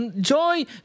Joy